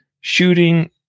shooting